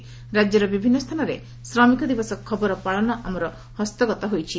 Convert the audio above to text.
ରାକ୍ୟର ବିଭିନ୍ତ ସ୍ଥାନରେ ଶ୍ରମିକ ଦିବସ ପାଳନ ଖବରମାନ ଆମର ହସ୍ତଗତ ହୋଇଛି